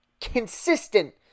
consistent